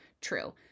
true